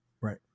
Right